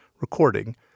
recording